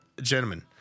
Gentlemen